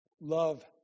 Love